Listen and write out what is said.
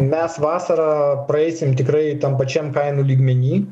mes vasarą praeisim tikrai tam pačiam kainų lygmeny